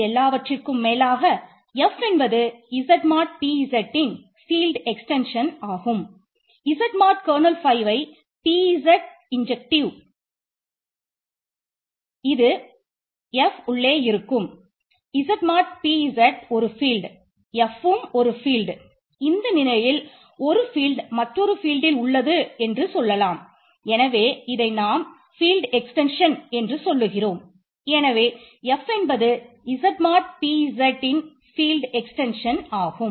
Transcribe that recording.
இது எல்லாவற்றிற்கும் மேலாக F என்பது Z மாடு ஆகும்